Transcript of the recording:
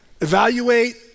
Evaluate